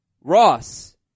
Ross